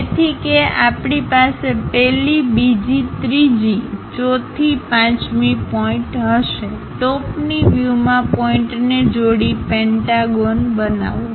તેથી કે આપણી પાસે 1 લી 2 જી 3 જી 4 થી 5 મી પોઇન્ટ હશે ટોપની વ્યૂમાં પોઇન્ટને જોડી પેન્ટાગોન બનાવો